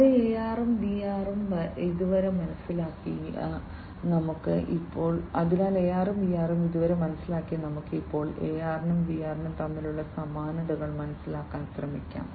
അതിനാൽ AR ഉം VR ഉം ഇതുവരെ മനസ്സിലാക്കിയ നമുക്ക് ഇപ്പോൾ AR ഉം VR ഉം തമ്മിലുള്ള സമാനതകൾ മനസ്സിലാക്കാൻ ശ്രമിക്കാം